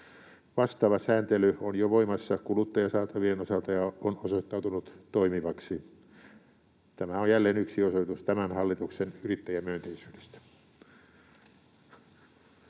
Vastaava sääntely on jo voimassa kuluttajasaatavien osalta ja on osoittautunut toimivaksi. Tämä on jälleen yksi osoitus tämän hallituksen yrittäjämyönteisyydestä.